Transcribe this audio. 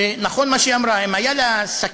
ונכון מה שהיא אמרה: אם היה לה סכין